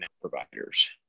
providers